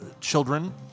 children